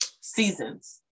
seasons